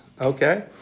okay